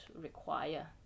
require